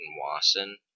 Wasson